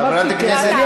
אמרת לי כן.